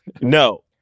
No